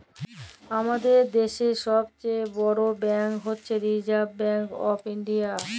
আমাদের দ্যাশের ছব চাঁয়ে বড় ব্যাংক হছে রিসার্ভ ব্যাংক অফ ইলডিয়া